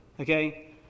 Okay